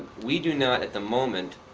we do not, at the moment,